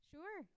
Sure